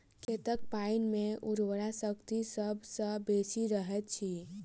खेतक पाइन मे उर्वरा शक्ति सभ सॅ बेसी रहैत अछि